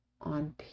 on